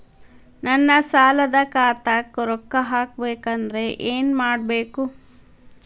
ನನ್ನ ಸಾಲದ ಖಾತಾಕ್ ರೊಕ್ಕ ಹಾಕ್ಬೇಕಂದ್ರೆ ಏನ್ ಮಾಡಬೇಕು?